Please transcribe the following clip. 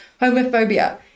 homophobia